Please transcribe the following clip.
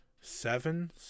seven